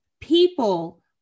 people